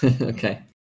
Okay